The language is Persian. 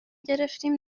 گرفتیم